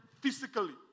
physically